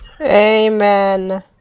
amen